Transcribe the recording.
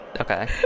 Okay